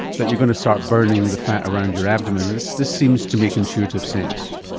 that you're going to start burning the fat around your abdomen. this this seems to make intuitive sense.